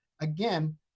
again